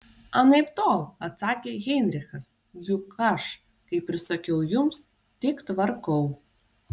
anaiptol atsakė heinrichas juk aš kaip ir sakiau jums tik tvarkau